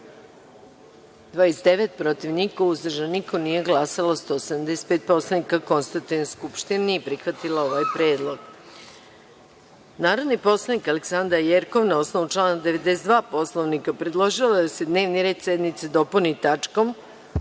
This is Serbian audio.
29, protiv – niko, uzdržanih – nema, nije glasalo 175 poslanika. Konstatujem da Skupština nije prihvatila ovaj predlog. Narodni poslanik Aleksandra Jerkov, na osnovu člana 92. Poslovnika, predložila je da se dnevni red sednice dopuni tačkom